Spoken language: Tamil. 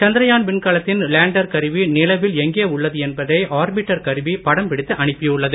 சந்திரயான் விண்கலத்தின் லேண்டர் கருவி நிலவில் எங்கே உள்ளது என்பதை ஆர்ப்பிட்டர் கருவி படம் பிடித்து அனுப்பியுள்ளது